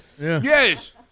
Yes